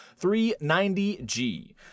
390G